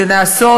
שנעשות,